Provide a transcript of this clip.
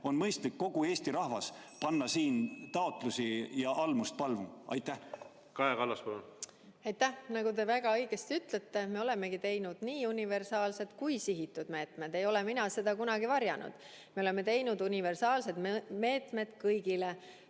on mõistlik kogu Eesti rahvas panna taotlusi ja almust paluma. Aitäh! Kaja Kallas, palun! Kaja Kallas, palun! Aitäh! Nagu te väga õigesti ütlesite, me olemegi teinud nii universaalsed kui sihitud meetmed. Ei ole mina seda kunagi varjanud. Me oleme teinud universaalsed meetmed kõigile,